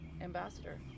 ambassador